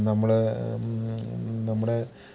നമ്മൾ നമ്മുടെ